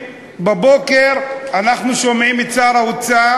בסופו של דבר יש מין כפתור קואליציוני שכולם לוחצים עליו בלי